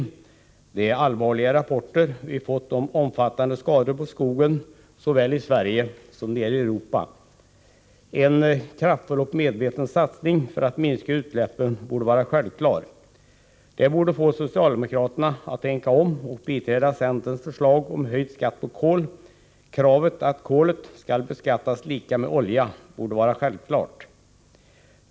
Vi har fått allvarliga rapporter om omfattande skador på skogen såväl i Sverige som nere i Europa. En kraftfull och medveten satsning för att minska utsläppen borde vara självklar. Det borde få socialdemokraterna att tänka om och biträda centerns förslag om en höjd skatt på kol. Kravet att kolet skall beskattas lika med olja borde vara självklart.